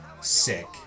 sick